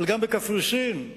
גם בקפריסין,